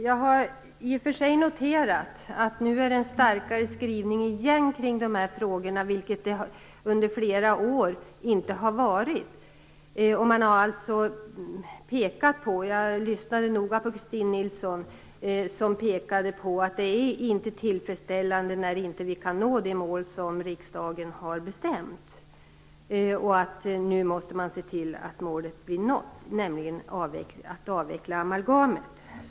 Jag har i och för sig noterat att det nu finns en starkare skrivning i denna fråga, och det har inte funnits på flera år. Jag lyssnade noga på Christin Nilsson som pekade på att det inte är tillfredsställande när vi inte kan nå det mål som riksdagen bestämt och att vi nu måste se till att uppnå målet att avveckla amalgamet.